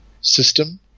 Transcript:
system